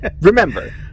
remember